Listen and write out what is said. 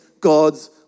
God's